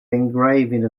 engraving